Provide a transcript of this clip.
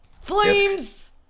Flames